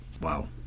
wow